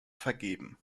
vergeben